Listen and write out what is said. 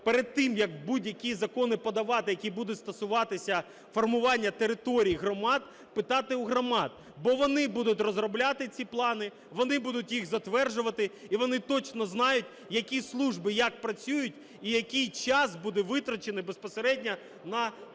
перед тим, як будь-які закони подавати, які будуть стосуватися формування територій громад, питати у громад, бо вони будуть розробляти ці плани, вони будуть їх затверджувати, і вони точно знають, які служби як працюють і який час буде витрачений безпосередньо на те,